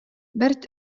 бэрт